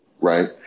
Right